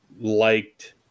liked